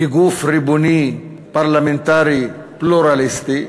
כגוף ריבוני פרלמנטרי פלורליסטי.